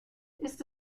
ist